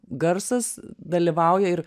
garsas dalyvauja ir